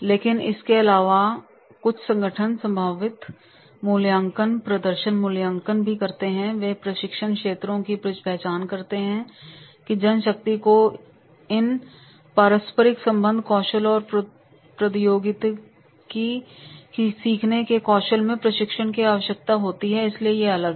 लेकिन इसके अलावा कुछ संगठन संभावित मूल्यांकन प्रदर्शन मूल्यांकन भी करते हैं और वे प्रशिक्षण क्षेत्रों की पहचान करते हैं कि जनशक्ति को इन पारस्परिक संबंध कौशल और प्रौद्योगिकी सीखने के कौशल में प्रशिक्षण की आवश्यकता होती है इसलिए ये अलग हैं